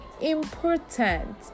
important